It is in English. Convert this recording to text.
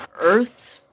earth